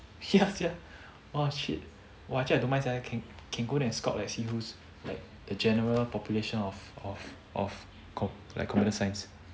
ya sia !wah! shit !wah! actually I don't mind sia can can go there and scout and see who's like the general population of of of comp like computer science